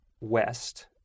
west